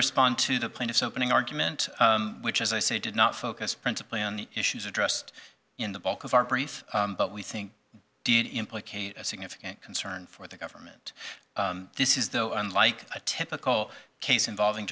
respond to the plaintiff's opening argument which as i say did not focus principally on the issues addressed in the bulk of our brief but we think did implicate a significant concern for the government this is though unlike a typical case involving